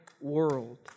world